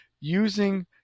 using